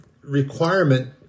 requirement